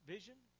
vision